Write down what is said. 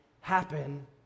happen